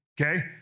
okay